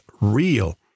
real